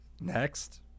next